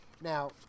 Now